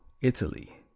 Italy